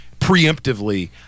preemptively